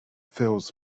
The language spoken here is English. fills